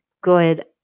good